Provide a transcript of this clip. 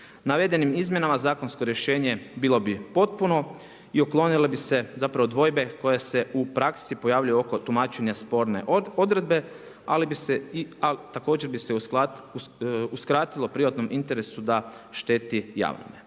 Navedenim izmjenama zakonsko rješenje, bilo bi potpuno i uklonilo bi se dvojbe koje se u praksi pojavljuju oko tumačenja sporne odredbe, ali bi se i al također bi se uskratilo privatnom interesu da šteti javnome.